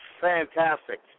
fantastic